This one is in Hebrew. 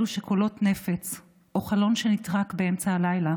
אלו שקולות נפץ או חלון שנטרק באמצע הלילה